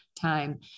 time